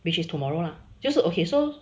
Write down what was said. which is tomorrow lah 就是 okay so